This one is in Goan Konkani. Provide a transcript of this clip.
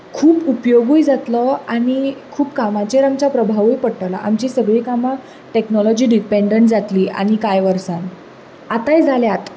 खूब उपयोगूय जातलो आनी खूब कामाचेर आमच्या प्रभावूय पडटलो आमचीं सगळीं कामां टॅक्नोलोजी डिपेंडंट जातलीं आनी कांय वर्सान आतांय जाल्यात